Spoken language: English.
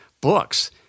books